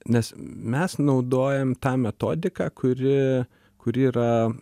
nes mes naudojam tą metodiką kuri kuri yra